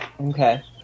Okay